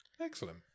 Excellent